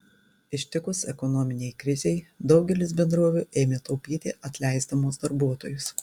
ištikus ekonominei krizei daugelis bendrovių ėmė taupyti atleisdamos darbuotojus